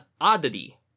oddity